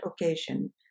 occasion